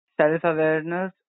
self-awareness